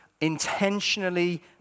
intentionally